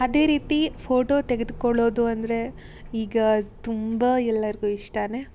ಅದೇ ರೀತಿ ಫೋಟೋ ತೆಗೆದುಕೊಳೋದು ಅಂದರೆ ಈಗ ತುಂಬ ಎಲ್ಲರಿಗೂ ಇಷ್ಟನೇ